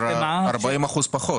40% פחות.